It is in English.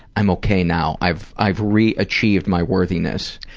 i'm ok now. i've i've re-achieved my worthiness.